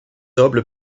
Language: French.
noble